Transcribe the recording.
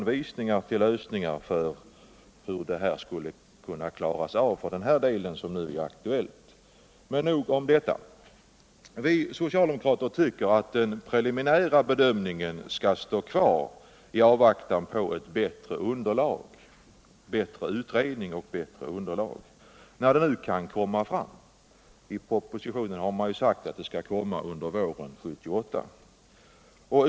Vi har i reservationen 2 försökt anvisa hur den del som nu är aktuellt skall lösas. Men nog om det. Vi socialdemokrater tycker att den preliminära bedömningen skall stå kvar i avvaktan på bättre utredning och bättre underlag — när det nu kan komma fram. I propositionen har man sagt att det skall komma under våren 1978.